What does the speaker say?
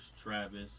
Travis